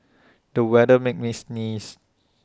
the weather made me sneeze